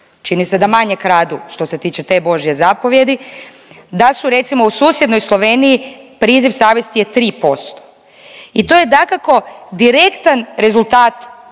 čini se da manje kradu što se tiče te božje zapovijedi, da su recimo u susjednoj Sloveniji priziv savjesti je 3% i to je dakako direktan rezultat